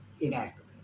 inaccurate